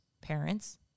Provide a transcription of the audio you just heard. parents